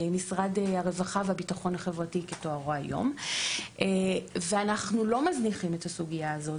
הרווחה והביטחון החברתי ואנחנו לא מזניחים את הסוגיה הזאת.